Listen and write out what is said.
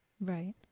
Right